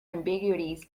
ambiguities